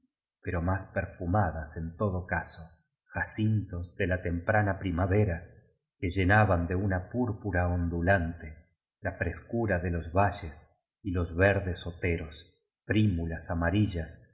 pero más perfumadas en todo caso jacintos de la temprana primavera que llenaban de una púrpura ondulante la frescura de los valles y los verdes oteros prímulas amari